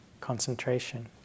concentration